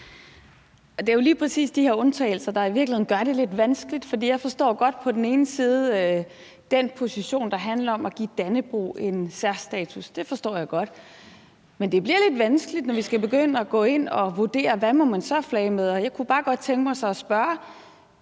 er jo lige præcis de her undtagelser, der i virkeligheden gør det lidt vanskeligt. For jeg forstår godt den position på den ene side, der handler om at give Dannebrog en særstatus. Det forstår jeg godt, men det bliver lidt vanskeligt, når vi skal begynde at gå ind og vurdere, hvad man så må flage med, og jeg kunne bare godt tænke mig at spørge: